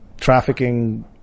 trafficking